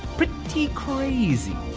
pretty crazy.